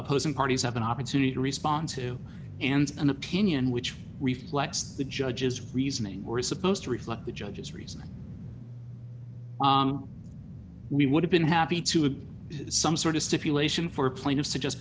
opposing parties have an opportunity to respond to and an opinion which reflects the judge's reasoning were supposed to reflect the judge's reasoning we would have been happy to have some sort of stipulation for plaintiffs to just